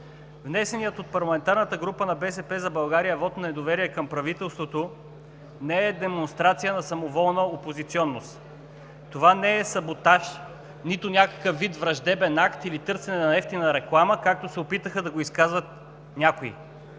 Внесеният от парламентарната група на „БСП за България“ вот на недоверие към правителството не е демонстрация на самоволна опозиционност. Това не е саботаж, нито някакъв вид враждебен акт или търсене на евтина реклама, както се опитаха да го казват някои.